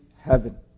heaven